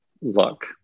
look